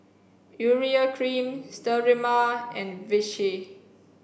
urea cream Sterimar and Vichy